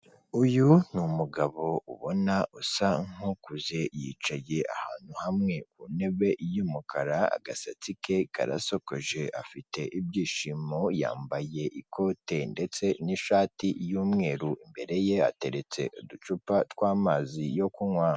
Uyu ni umugabo ubona usa nkukuze yicaye ahantu hamwe ku ntebe y'umukara agasatsi ke karasokoje afite ibyishimo yambaye ikote ndetse n'ishati y'umweru imbere ye hateretse uducupa tw'amazi yo kunywa.